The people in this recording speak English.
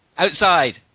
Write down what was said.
Outside